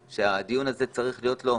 יש גם דברים שאפשר ללמוד מהם.